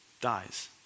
dies